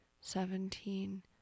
seventeen